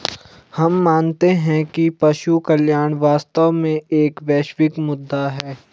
हम मानते हैं कि पशु कल्याण वास्तव में एक वैश्विक मुद्दा है